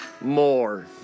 more